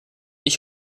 ich